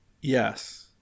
Yes